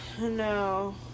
No